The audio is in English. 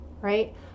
right